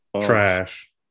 trash